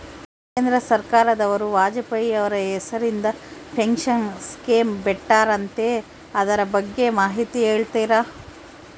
ಕೇಂದ್ರ ಸರ್ಕಾರದವರು ವಾಜಪೇಯಿ ಅವರ ಹೆಸರಿಂದ ಪೆನ್ಶನ್ ಸ್ಕೇಮ್ ಬಿಟ್ಟಾರಂತೆ ಅದರ ಬಗ್ಗೆ ಮಾಹಿತಿ ಹೇಳ್ತೇರಾ?